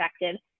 perspective